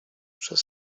przez